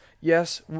yes